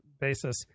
basis